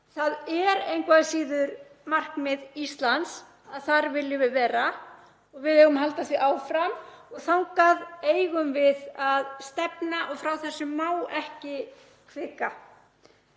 það er engu að síður markmið Íslands að þar viljum við vera og við eigum að halda því áfram og þangað eigum við að stefna og frá þessu má ekki hvika.